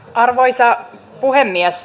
arvoisa puhemies